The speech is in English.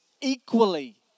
equally